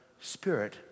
spirit